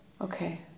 Okay